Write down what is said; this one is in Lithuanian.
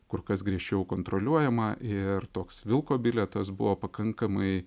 kur kas griežčiau kontroliuojama ir toks vilko bilietas buvo pakankamai